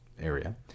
area